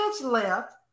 left